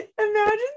Imagine